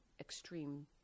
extreme